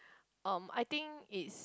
um I think it's